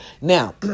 Now